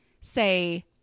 Say